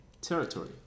territory